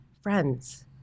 friends